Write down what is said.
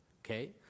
okay